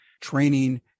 training